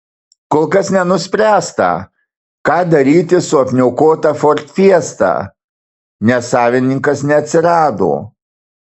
kol kas nenuspręsta ką daryti su apniokota ford fiesta nes savininkas neatsirado